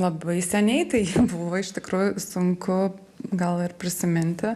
labai seniai tai buvo iš tikrųjų sunku gal ir prisiminti